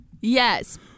yes